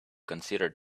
consider